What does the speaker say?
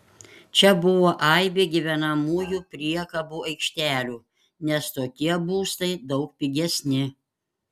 čia buvo aibė gyvenamųjų priekabų aikštelių nes tokie būstai daug pigesni